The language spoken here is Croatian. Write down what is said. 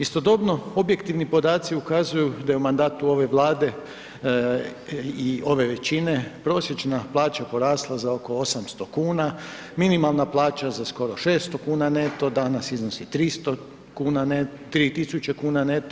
Istodobno, objektivni podaci ukazuju da je u mandatu ove Vlade i ove većine prosječna plaća porasla za oko 800 kuna, minimalna plaća za skoro 600 kuna neto danas iznosi 3 tisuće kuna neto.